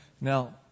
Now